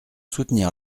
soutenir